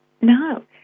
No